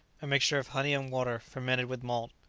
a mixture of honey and water, fermented with malt.